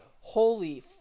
Holy